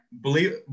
believe